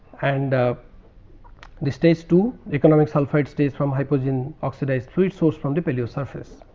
and ah this stage two economic sulphide stage from hypogeum oxidized resource from the failure surface.